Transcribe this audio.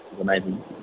amazing